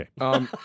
Okay